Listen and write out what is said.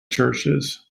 churches